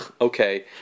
okay